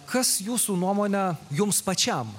kas jūsų nuomone jums pačiam